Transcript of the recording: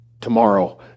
tomorrow